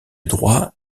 droit